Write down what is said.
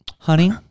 Honey